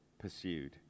pursued